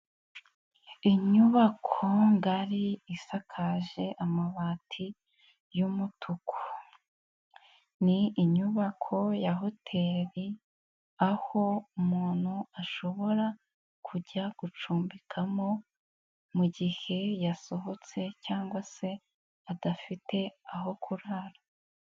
Inyubako ngari isakaje amabati y'umutuku, ni inyubako ya hoteri aho umuntu ashobora kujya gucumbikamo, mugihe yasohotse cyangwa se adafite aho kurara.